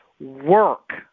work